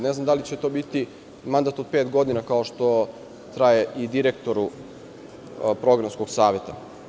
Ne znam da li će to biti mandat od pet godina, kao što traje i direktoru programskog saveta.